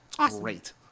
great